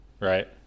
Right